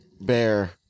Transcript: bear